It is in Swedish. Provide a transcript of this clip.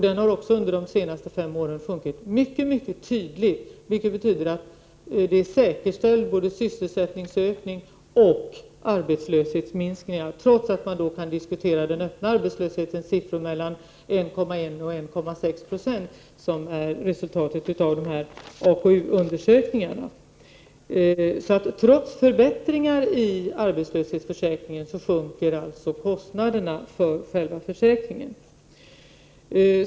Den har också under de senaste fem åren sjunkit mycket tydligt, vilket betyder att såväl en sysselsättningsökning som en arbetslöshetsminskning är säkerställd, trots att man kan diskutera siffrorna gällande den öppna arbetslösheten på 1,1-1,6 26 som resultatet av AKU visar. Trots förbättringar av arbetslöshetsförsäkringen sjunker alltså kostnaderna för själva försäkringen.